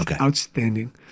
outstanding